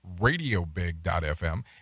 radiobig.fm